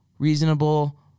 reasonable